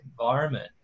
environment